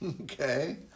okay